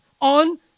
on